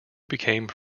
became